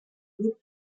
grup